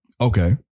Okay